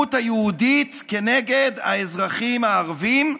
האלימות היהודית כנגד האזרחים הערבים,